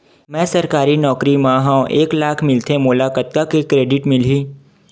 मैं सरकारी नौकरी मा हाव एक लाख मिलथे मोला कतका के क्रेडिट मिलही?